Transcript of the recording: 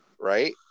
right